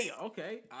Okay